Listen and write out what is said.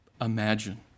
imagine